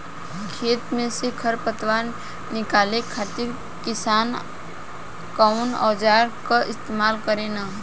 खेत में से खर पतवार निकाले खातिर किसान कउना औजार क इस्तेमाल करे न?